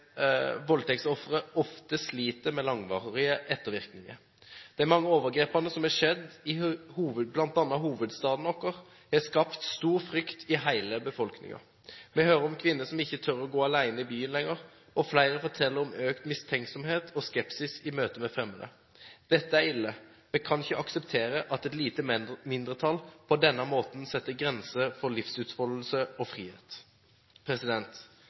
voldtektsofre ofte sliter med langvarige ettervirkninger. De mange overgrepene som har skjedd i bl.a. hovedstaden vår, har skapt stor frykt i hele befolkningen. Vi hører om kvinner som ikke tør å gå alene i byen lenger, og flere forteller om økt mistenksomhet og skepsis i møte med fremmede. Dette er ille! Vi kan ikke akseptere at et lite mindretall på denne måten setter grenser for livsutfoldelse og frihet.